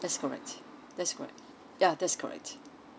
that's correct that's correct yeah that's correct